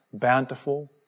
bountiful